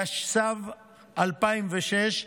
תשס"ו 2006,